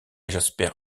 jasper